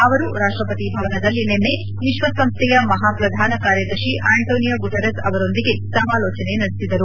ಅವರು ರಾಷ್ಟ್ರಪತಿ ಭವನದಲ್ಲಿ ನಿನ್ನೆ ವಿಶ್ವಸಂಸ್ಣೆಯ ಮಹಾ ಪ್ರಧಾನ ಕಾರ್ಯದರ್ಶಿ ಆಂಟೊನಿಯೋ ಗುಟಿರರ್ಸ್ ಅವರೊಂದಿಗೆ ಸಮಾಲೋಚನೆ ನಡೆಸಿದರು